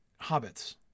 Hobbits